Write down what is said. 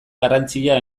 garrantzia